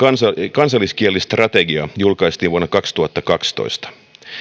kansalliskielistrategia julkaistiin vuonna kaksituhattakaksitoista